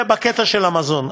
בקטע של המזון,